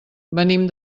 venim